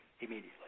Immediately